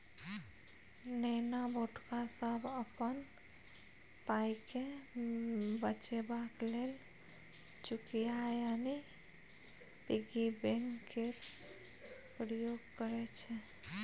नेना भुटका सब अपन पाइकेँ बचेबाक लेल चुकिया यानी पिग्गी बैंक केर प्रयोग करय छै